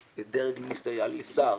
לדרג מיניסטריאלי שר